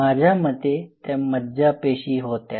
माझ्या मते त्या मज्जा पेशी होत्या